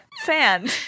fan